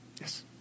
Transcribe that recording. Yes